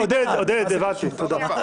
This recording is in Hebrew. הבנתי עודד, תודה.